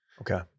Okay